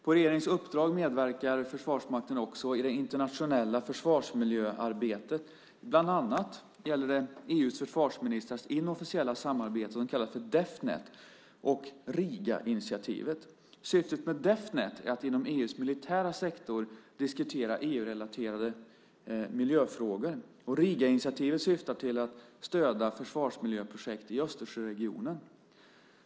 På regeringens uppdrag medverkar Försvarsmakten också i det internationella försvarsmiljöarbetet. Bland annat gäller det EU:s försvarsministrars inofficiella samarbete, det som kallas Defnet, och Rigainitiativet. Syftet med Defnet är att inom EU:s militära sektor diskutera EU-relaterade miljöfrågor. Rigainitiativet syftar till att stödja försvarsmiljöprojekt i Östersjöregionen.